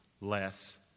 less